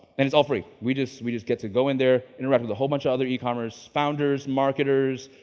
and it's all free. we just we just get to go in there, interact with a whole bunch of other ecommerce founders, marketers,